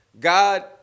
god